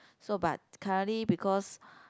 so but currently because